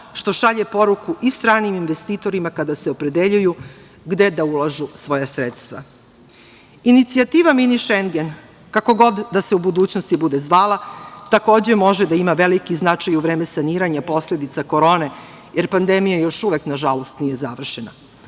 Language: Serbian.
što šalje poruku i stranim investitorima kada se opredeljuju gde da ulažu svoja sredstva. Inicijativa mini Šengen, kako god da se u budućnosti bude zvala, takođe može da ima veliki značaj u vreme saniranja posledica korone, jer pandemija još uvek, nažalost, nije završena.